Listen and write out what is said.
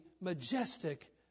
majestic